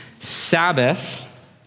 Sabbath